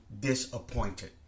disappointed